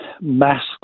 masks